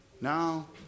Now